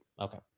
Okay